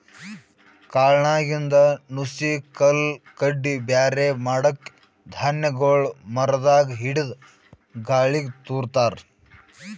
ಕಾಳ್ನಾಗಿಂದ್ ನುಸಿ ಕಲ್ಲ್ ಕಡ್ಡಿ ಬ್ಯಾರೆ ಮಾಡಕ್ಕ್ ಧಾನ್ಯಗೊಳ್ ಮರದಾಗ್ ಹಿಡದು ಗಾಳಿಗ್ ತೂರ ತಾರ್